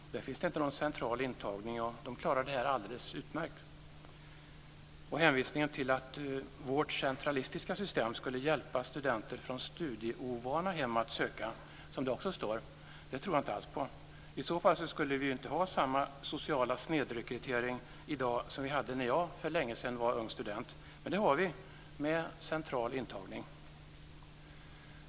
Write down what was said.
Och där finns det inte någon central intagning, och de klarar det här alldeles utmärkt. Och hänvisningen till att vårt centralistiska system skulle hjälpa studenter från studieovana hem att söka, som det också står, tror jag inte alls på. I så fall skulle vi ju inte ha samma sociala snedrekrytering i dag som vi hade när jag för länge sedan var ung student. Men det har vi - med central intagning.